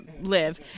live